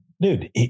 dude